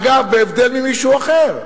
אגב, בהבדל ממישהו אחר.